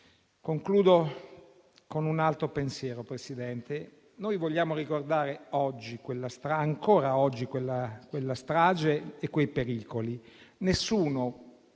con un altro pensiero: noi vogliamo ricordare ancora oggi quella strage e quei pericoli. Nessuno